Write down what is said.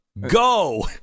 go